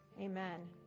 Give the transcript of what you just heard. Amen